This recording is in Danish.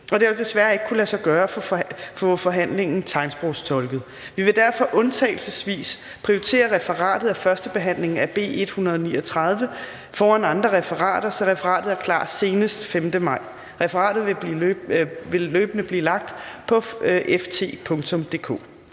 det har desværre ikke kunnet lade sig gøre at få forhandlingen tegnsprogstolket. Vi vil derfor undtagelsesvis prioritere referatet af førstebehandlingen af B 139 foran andre referater, så referatet er klar senest den 5. maj 2021. Referatet vil løbende blive lagt på www.ft.dk